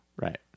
Right